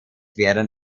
werden